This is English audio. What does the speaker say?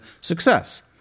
success